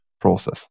process